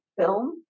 film